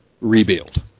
rebuild